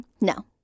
No